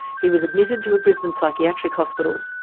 he was admitted to a brisbane psychiatric hospital.